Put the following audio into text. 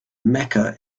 mecca